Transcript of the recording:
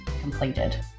completed